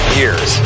years